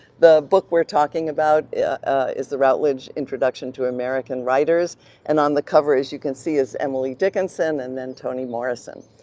the book we're talking about is the routledge introduction to american writers and on the cover as you can see is emily dickinson and then toni morrison.